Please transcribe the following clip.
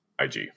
IG